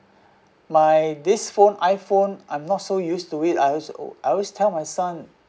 my this phone iPhone I'm not so use to it I alw~ always tell my son